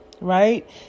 right